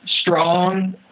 strong